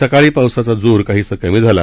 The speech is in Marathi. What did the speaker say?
सकाळी पावसाचा जोर काहीसा कमी झाला